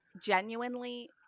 Genuinely